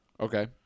Okay